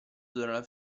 dalla